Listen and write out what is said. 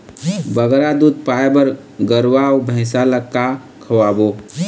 बगरा दूध पाए बर गरवा अऊ भैंसा ला का खवाबो?